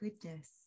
goodness